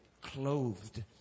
clothed